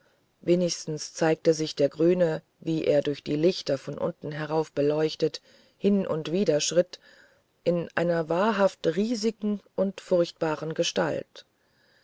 wenigstens zeigte sich der grüne wie er durch die lichter von unten herauf beleuchtet hin und wider schritt in einer wahrhaft riesigen und furchtbaren gestalt